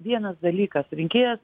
vienas dalykas rinkėjas